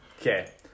Okay